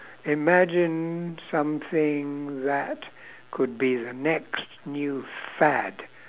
imagine something that could be the next new fad